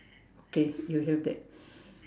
okay you have that